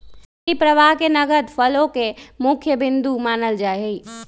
नकदी प्रवाह के नगद फ्लो के मुख्य बिन्दु मानल जाहई